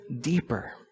deeper